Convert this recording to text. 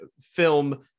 film